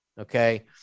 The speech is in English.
Okay